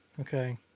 Okay